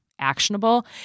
actionable